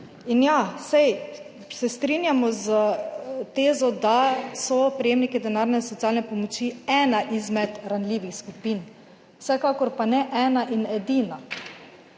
In, ja, saj se strinjamo s tezo, da so prejemniki denarne socialne pomoči ena izmed ranljivih skupin. Vsekakor pa ne ena in edina.